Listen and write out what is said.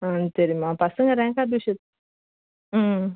ஆ சரிம்மா பசங்க rank card விஷியம் ம்